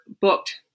booked